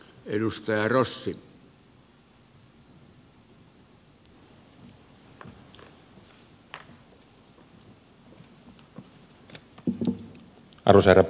arvoisa herra puhemies